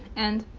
and,